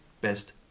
best